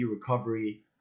recovery